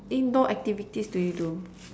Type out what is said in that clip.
indoor activities do you do